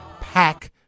pack